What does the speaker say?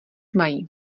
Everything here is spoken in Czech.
mají